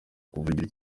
kuvugira